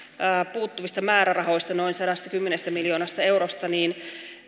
puuttuvista määrärahoista noin sadastakymmenestä miljoonasta eurosta niin